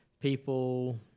people